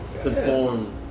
Conform